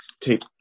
take